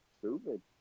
stupid